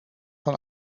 van